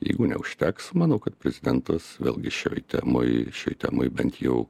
jeigu neužteks manau kad prezidentas vėlgi šioj temoj šioj temoj bent jau